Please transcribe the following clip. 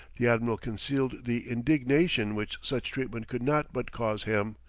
the admiral concealed the indignation which such treatment could not but cause him,